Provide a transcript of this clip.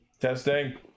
Testing